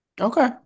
Okay